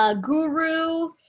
guru